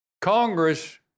Congress